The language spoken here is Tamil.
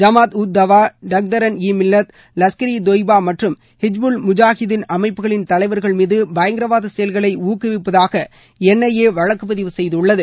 ஜமாத் உத் தவா டக்தரன் ஈ மில்லத் லஷ்கர் ஈ தொய்பா மற்றும் ஹிஜ்புல் முஜாகிதீன் அமைப்புகளின் தலைவர்கள் மீது பயங்கரவாத செயல்களை ஊக்குவிப்பதாக எள் ஐ ஏ வழக்கு பதிவு செய்துள்ளது